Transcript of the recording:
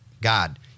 God